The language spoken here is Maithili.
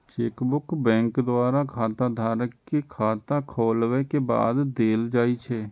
चेकबुक बैंक द्वारा खाताधारक कें खाता खोलाबै के बाद देल जाइ छै